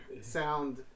sound